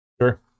Sure